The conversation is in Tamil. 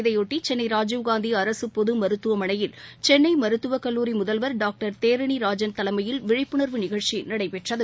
இதையொட்டி சென்னை ராஜீவ் காந்தி அரசு பொது மருத்துவமனையில் சென்னை மருத்துவக் கல்லூரி முதல்வர் டாக்டர் தேரணிராஜன் தலைமையில் விழிப்புணர்வு நிகழ்ச்சி நடைபெற்றது